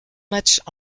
matchs